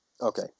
Okay